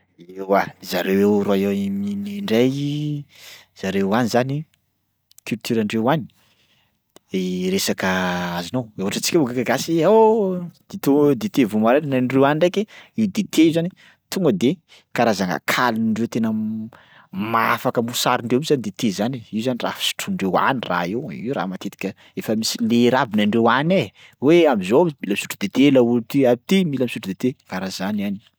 Eoa zareo ao Royaume-Uni ndray zareo any zany culturandreo any i resaka azonao le ohatra antsika gasy ao! Dito- dite vao maraina, ny andreo any ndraiky io dite io zany tonga de karazana kalindreo tena maha-afaka mosarindreo mihitsy zany dite zany e, io zany raha fisotroandreo any raha io, io raha matetika efa misy lera aby ny andreo any e hoe am'zao mila misotro dite laolo ty, am'ty mila misotro dite karaha zany any.